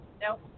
no